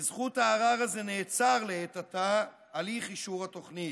בזכות הערר הזה נעצר לעת עתה הליך אישור התוכנית.